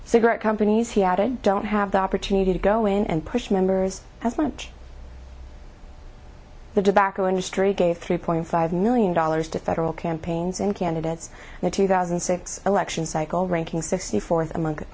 cigarette companies he added don't have the opportunity to go in and push members as much the dbcle industry gave three point five million dollars to federal campaigns and candidates in the two thousand and six election cycle ranking sixty fourth among